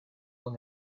long